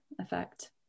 effect